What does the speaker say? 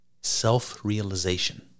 Self-realization